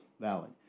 valid